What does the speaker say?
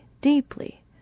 deeply